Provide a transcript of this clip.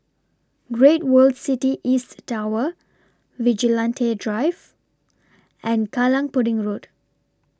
Great World City East Tower Vigilante Drive and Kallang Pudding Road